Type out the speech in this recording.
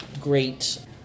great